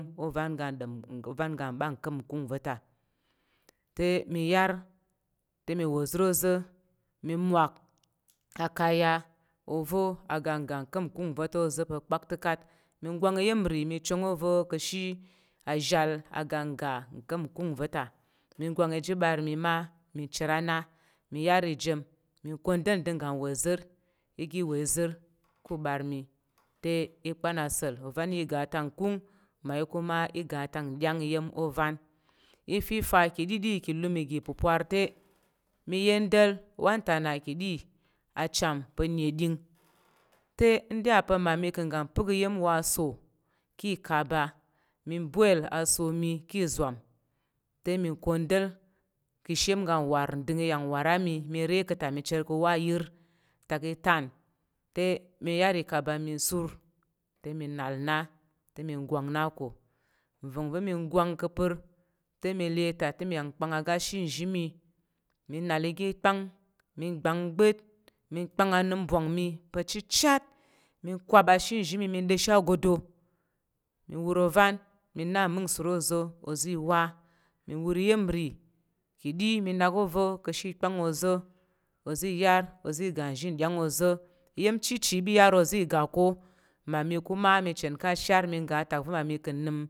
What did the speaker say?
Ovan ga n ɗom ovan ga bam kung va̱ ta te, mi yar te mi wazər wazər mi mwak akaya ova̱ a gangan ka̱ ɓa to zəp kpaktəkat mi gwang iya̱m ri mi chang ova̱ ka̱ ashi azhal ganga kam nkung va̱ta mi gwang iga ɓar mi ma mi chit ana mi yar i dam mi kwanɗa̱l dəng ga wazir igi wazir ku ɓar mi te i kpan a sel ovanyi iga tak nkung mayi kuma iga tak dyang iya̱m o van i fəfa ka didi ki lum igi pepar te mi yendal a ta na ka̱ ɗi achu ape pa̱ neɗing te nda yà pa̱ mmami ka̱ ga pəl iya̱m wa so ki kaba min bwal aso mi ki zwan te mi kwandel keshe iyem gan war nding iyang warr ami mi re keta mi chər kowa yər ta ka̱ tan te mi yar ikaba mi sur te mi nal na te mi gwang na ko nvangva̱ mi gwang ke pər te mi le ta temi kpang aga shimshimi mi nal ga kpang mi kpang bak mi kpang a nung mɓyang mi pa̱ chichat mi kwaba shimshimi mi nda sha godo mi wuro van mi na ming sur oza̱ wa mi wur iyemri kadi mi a oze ka chi pan oze ozi yar ozi ga shin ga oze iyen cicibiyar ozi ga ko mami kuma mi chen ka̱ ashar mi ga atak va̱ mami ka̱ nəm.